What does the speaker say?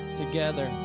together